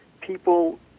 people